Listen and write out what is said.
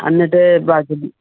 എന്നിട്ട് വാട്ട്സപ്പി